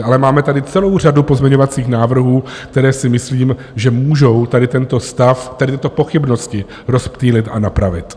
Ale máme tady celou řadu pozměňovacích návrhů, které si myslím, že můžou tady tento stav, tady tyto pochybnosti rozptýlit a napravit.